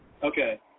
Okay